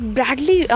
Bradley